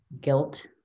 guilt